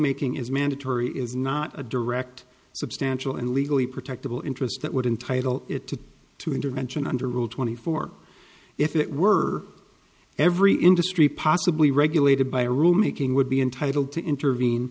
making is mandatory is not a direct substantial and legally protected all interest that would entitle it to two intervention under rule twenty four if it were every industry possibly regulated by rule making would be entitled to intervene